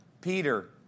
Peter